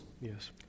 Yes